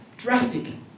Drastic